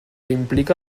implica